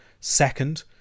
Second